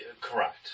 Correct